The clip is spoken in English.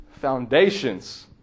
foundations